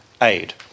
aid